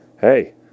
hey